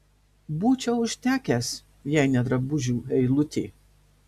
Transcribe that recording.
būčiau užtekęs jei ne drabužių eilutė